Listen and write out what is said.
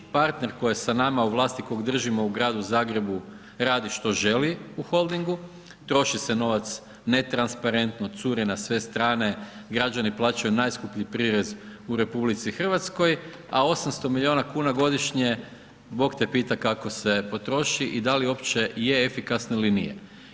Partner koji je sa nama u vlasti kog držimo u gradu Zagrebu radi šta želi u Holdingu, troši se novac netransparentno curi na sve strane, građani plaćaju najskuplji prirezi u RH, a 800 milijuna kn godišnje bog te pita kako se potroši i da li uopće je efikasno ili nije.